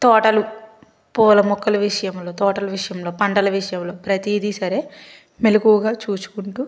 తోటలు పూల మొక్కల విషయంలో తోటలు విషయంలో పంటల విషయంలో ప్రతీది సరే మెలుకువగా చూసుకుంటు